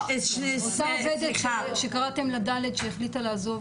אותה עובדת שקראתם לה ד' שהחליטה לעזוב,